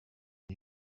are